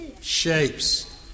Shapes